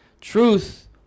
Truth